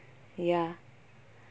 ya